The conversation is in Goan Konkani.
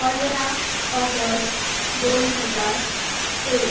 पंदरा ऑगस्ट दोन हजार एक